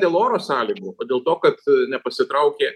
dėl oro sąlygų o dėl to kad nepasitraukė